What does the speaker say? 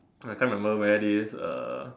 I can't remember where this uh